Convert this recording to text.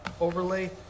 Overlay